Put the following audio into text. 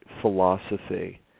philosophy